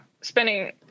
spending